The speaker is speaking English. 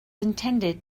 intended